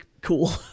cool